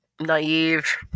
naive